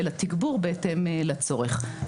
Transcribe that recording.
אלא תגבור בהתאם לצורך.